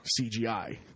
cgi